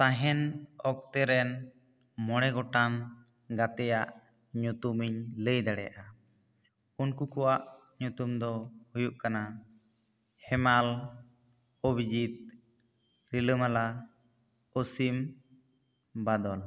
ᱛᱟᱦᱮᱱ ᱚᱠᱛᱮ ᱨᱮᱱ ᱢᱚᱬᱮ ᱜᱚᱴᱟᱝ ᱜᱟᱛᱮᱭᱟᱜ ᱧᱩᱛᱩᱢ ᱤᱧ ᱞᱟᱹᱭ ᱫᱟᱲᱮᱭᱟᱜᱼᱟ ᱩᱱᱠᱩ ᱠᱚᱣᱟᱜ ᱧᱩᱛᱩᱢ ᱫᱚ ᱦᱩᱭᱩᱜ ᱠᱟᱱᱟ ᱦᱮᱢᱟᱞ ᱚᱵᱷᱤᱡᱤᱛ ᱨᱤᱞᱟᱹᱢᱟᱞᱟ ᱠᱚᱥᱤᱢ ᱵᱟᱫᱚᱞ